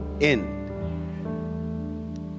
end